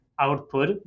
Output